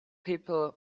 people